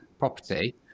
property